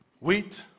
Wheat